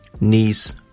niece